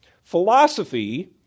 Philosophy